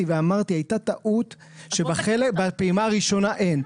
ואמרתי שהייתה טעות שבפעימה הראשונה אין.